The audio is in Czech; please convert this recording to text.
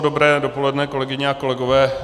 Dobré dopoledne, kolegyně a kolegové.